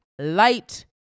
light